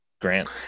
Grant